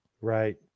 Right